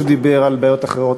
שדיבר על בעיות אחרות,